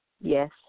Yes